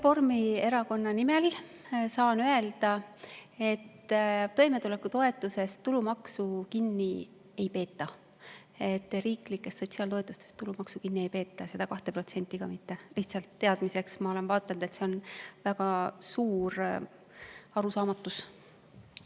Reformierakonna nimel saan öelda, et toimetulekutoetusest tulumaksu kinni ei peeta. Riiklikest sotsiaaltoetustest tulumaksu kinni ei peeta, seda 2% ka mitte. Lihtsalt teadmiseks – ma olen märganud, et see on väga suur arusaamatus.